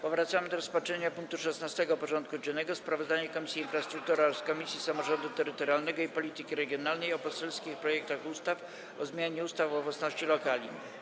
Powracamy do rozpatrzenia punktu 16. porządku dziennego: Sprawozdanie Komisji Infrastruktury oraz Komisji Samorządu Terytorialnego i Polityki Regionalnej o poselskich projektach ustaw o zmianie ustawy o własności lokali.